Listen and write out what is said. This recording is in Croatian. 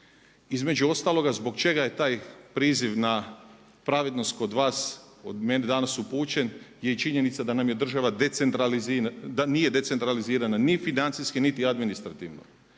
Između ostaloga zbog čega je taj priziv na pravednost kod vas od mene danas upućen je i činjenica da nam država nije decentralizirana ni financijski niti administrativno.